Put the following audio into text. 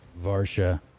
Varsha